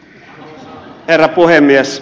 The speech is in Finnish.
arvoisa herra puhemies